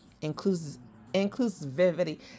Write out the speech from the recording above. inclusivity